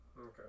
Okay